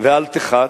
ואל תחת.